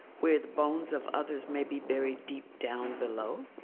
where the bones of others may be buried deep down below,